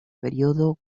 periodo